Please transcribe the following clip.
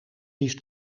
liefst